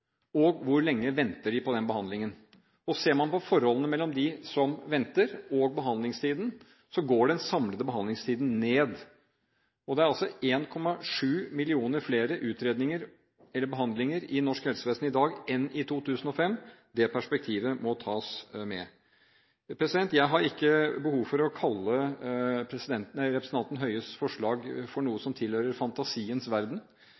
og hvor lenge de venter på behandlingen. Ser man på forholdet mellom dem som venter, og behandlingstiden, går den samlede behandlingstiden ned. Det er 1,7 millioner flere behandlinger i norsk helsevesen i dag enn i 2005. Det perspektivet må tas med. Jeg har ikke behov for å kalle representanten Høies forslag for noe som tilhører fantasiens verden.